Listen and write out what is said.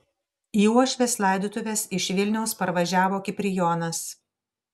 į uošvės laidotuves iš vilniaus parvažiavo kiprijonas